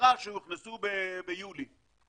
עשרה שהוכנסו ביולי.